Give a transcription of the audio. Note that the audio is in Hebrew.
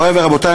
מורי ורבותי,